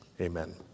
Amen